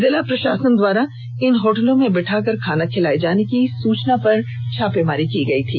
जिला प्रशासन द्वारा इन होटलों में बैठा कर खाने खिलाए जाने की सूचना मिलने पर छापेमारी की गई थी